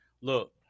Look